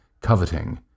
coveting